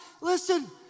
listen